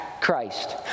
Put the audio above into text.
Christ